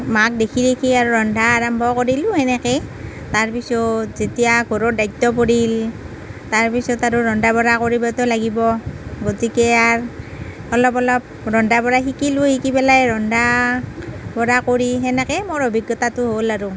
মাক দেখি দেখি আৰু ৰন্ধা আৰম্ভ কৰিলোঁ এনেকেই তাৰ পিছত যেতিয়া ঘৰৰ দায়িত্ব পৰিল তাৰ পিছত আৰু ৰন্ধা বঢ়া কৰিবটো লাগিব গতিকে আৰু অলপ অলপ ৰন্ধা বঢ়া শিকিলোঁ শিকি পেলাই ৰন্ধা বঢ়া কৰি সেনেকেই মোৰ অভিজ্ঞতাটো হ'ল আৰু